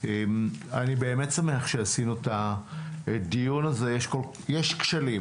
אני שמח שעשינו את הדיון הזה, יש כשלים